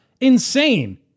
insane